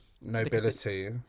nobility